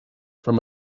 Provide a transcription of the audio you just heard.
from